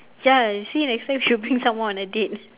ya see next time should bring someone on a date